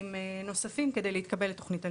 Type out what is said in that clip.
תנאים נוספים כדי להתקבל לתוכנית הלימודים.